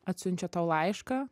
atsiunčia tau laišką